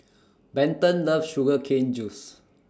Benton loves Sugar Cane Juice